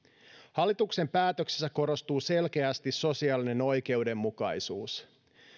hallituksen päätöksissä korostuu selkeästi sosiaalinen oikeudenmukaisuus